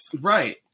Right